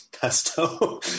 pesto